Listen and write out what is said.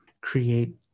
create